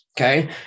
Okay